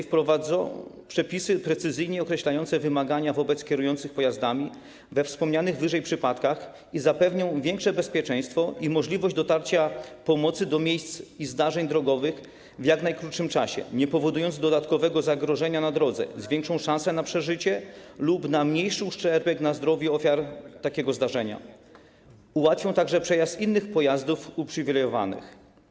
Wprowadzą one przepisy precyzyjnie określające wymagania wobec kierujących pojazdami we wspomnianych wyżej przypadkach, zapewnią większe bezpieczeństwo i możliwość dotarcia pomocy do miejsc i zdarzeń drogowych w jak najkrótszym czasie nie powodując dodatkowego zagrożenia na drodze, zwiększą szansę na przeżycie lub na mniejszy uszczerbek na zdrowiu ofiar takiego zdarzenia, ułatwią także przejazd innych pojazdów uprzywilejowanych.